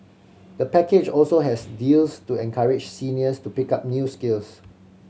the package also has deals to encourage seniors to pick up new skills